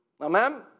Amen